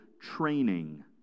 training